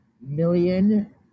million